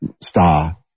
star